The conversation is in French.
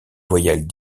voyelles